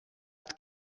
het